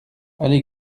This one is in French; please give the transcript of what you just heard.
allée